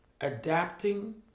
adapting